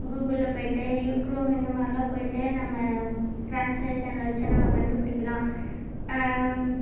கூகுளில் போய்ட்டு U Chrome இந்தமாதிரில்லாம் போய்ட்டு நம்ம ட்ரான்ஸ்லேஷனில் வச்சு நம்ம கண்டுபிடிக்கலாம்